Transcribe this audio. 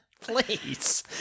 Please